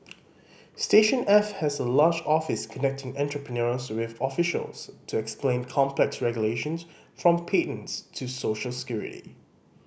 station F has a large office connecting entrepreneurs with officials to explain complex regulations from patents to social security